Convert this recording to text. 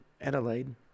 Adelaide